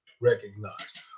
recognized